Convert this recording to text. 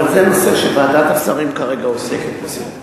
אבל זה נושא שוועדת השרים כרגע עוסקת בו.